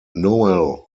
noel